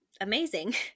amazing